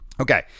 okay